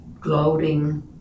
gloating